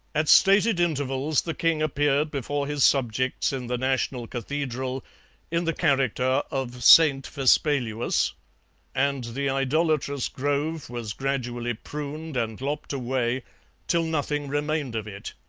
at stated intervals the king appeared before his subjects in the national cathedral in the character of st. vespaluus, and the idolatrous grove was gradually pruned and lopped away till nothing remained of it.